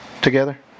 together